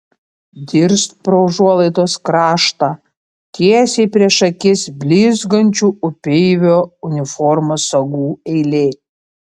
dirst pro užuolaidos kraštą tiesiai prieš akis blizgančių upeivio uniformos sagų eilė